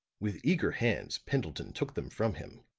with eager hands pendleton took them from him.